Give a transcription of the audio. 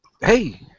Hey